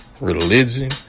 religion